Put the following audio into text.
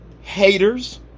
haters